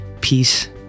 peace